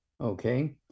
okay